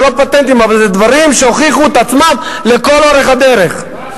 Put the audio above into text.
זה לא פטנטים אבל זה דברים שהוכיחו את עצמם לכל אורך הדרך.